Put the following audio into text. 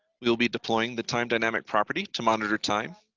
we will be deploying the time dynamic property to monitor time,